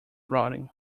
routing